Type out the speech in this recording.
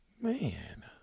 Man